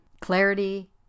clarity